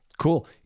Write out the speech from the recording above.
Cool